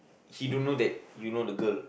he don't know that you know the girl